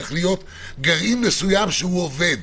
צריך להיות גרעין שעובד.